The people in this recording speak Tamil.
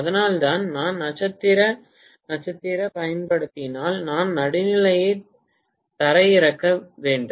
அதனால்தான் நான் நட்சத்திர நட்சத்திரத்தைப் பயன்படுத்தினால் நான் நடுநிலையை தரையிறக்க வேண்டும்